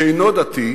שאינו דתי,